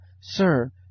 Sir